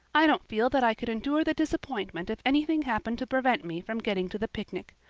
i don't feel that i could endure the disappointment if anything happened to prevent me from getting to the picnic.